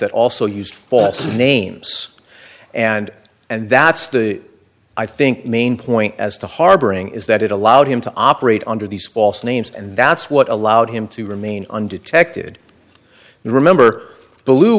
that also used force names and and that's the i think main point as to harboring is that it allowed him to operate under these false names and that's what allowed him to remain undetected and remember